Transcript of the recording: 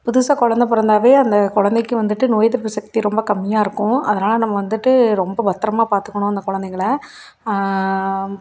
புதுசாக குழந்த பிறந்தாவே அந்த குழந்தைக்கு வந்துட்டு நோய் எதிர்ப்பு சக்தி ரொம்ப கம்மியாக இருக்கும் அதனால் நம்ம வந்துட்டு ரொம்ப பத்தரமாக பார்த்துக்கணும் அந்த குழந்தைகள